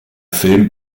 film